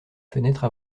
fenêtres